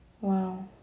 Wow